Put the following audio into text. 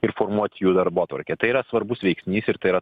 ir formuot jų darbotvarkę tai yra svarbus veiksnys ir tai yra